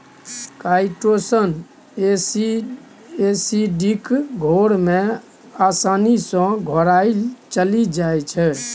chitosan acidic घोर मे आसानी सँ घोराएल चलि जाइ छै